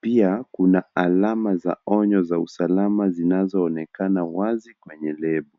Pia kuna alama za onyo za usalama zinazoonekana wazi kwenye lebo.